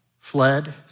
fled